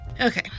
Okay